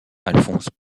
alphonse